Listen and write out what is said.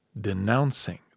denouncing